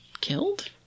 killed